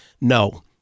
No